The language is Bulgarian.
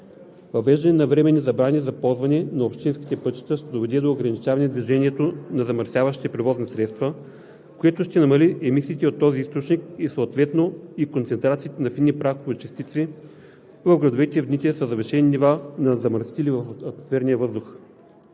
Въвеждане на временни забрани за ползване на общинските пътища ще доведе до ограничаване на движението на замърсяващите превозни средства, което ще намали емисиите от този източник и съответно и концентрациите на фини прахови частици в градовете в дните със завишени нива на замърсители в атмосферния въздух.